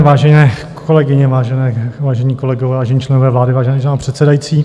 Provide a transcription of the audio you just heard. Vážené kolegyně, vážení kolegové, vážení členové vlády, vážený pane předsedající.